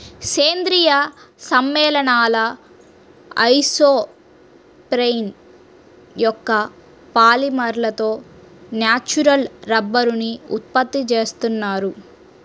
సేంద్రీయ సమ్మేళనాల ఐసోప్రేన్ యొక్క పాలిమర్లతో న్యాచురల్ రబ్బరుని ఉత్పత్తి చేస్తున్నారు